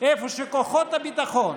שבו כוחות הביטחון